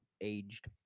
aged